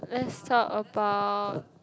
let's talk about